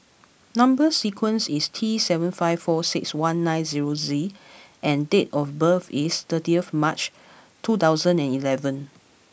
number sequence is T seven five four six one nine zero Z and date of birth is thirtieth March two thousand and eleven